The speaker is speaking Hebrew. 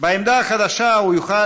מעתה אמרו לא רק